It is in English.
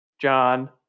John